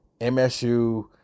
MSU